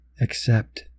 Accept